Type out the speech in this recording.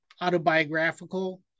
autobiographical